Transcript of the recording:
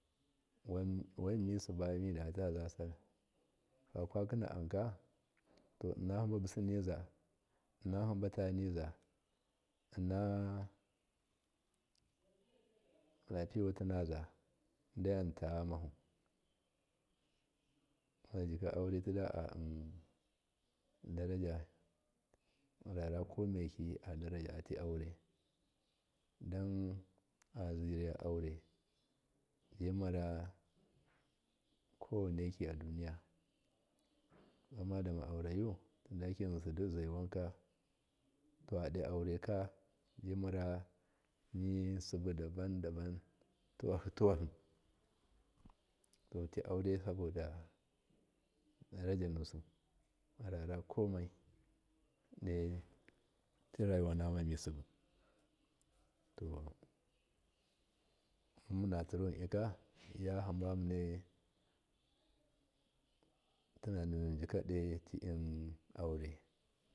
Wanmi siba midata zasallal fakwa kina an ka to inna hamba businiza inna hamba taniza inna lapiyewati naza deyan tayamuku hamba zejika aure dida daraju arara komeki adaraja dai aziriya aure jimara kowainaki aduniya bamma dama aurayu dashiki yinsi dizaiwanka to ado aureka nisimbu dabamabam tuhi tuhi toti aure sabodu darasanusi arara komai doti rayuwana misibu to muna tsiru wun dika tinaninuwunjika do ti aure.